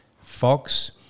Fox